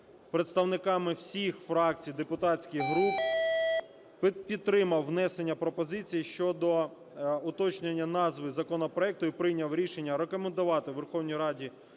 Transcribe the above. представниками всіх фракція і депутатських груп підтримав внесення пропозицій щодо уточнення назви законопроекту і прийняв рішення рекомендувати Верховній Раді